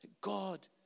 God